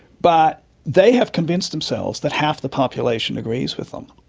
but they have convinced themselves that half the population agrees with them.